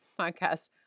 podcast